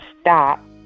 stop